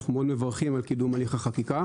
אנחנו מאוד מברכים על קידום הליך החקיקה.